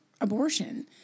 abortion